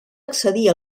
accedir